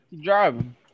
driving